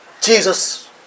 Jesus